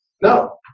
No